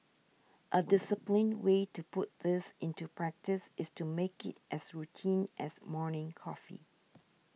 a disciplined way to put this into practice is to make it as routine as morning coffee